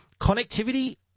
Connectivity